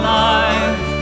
life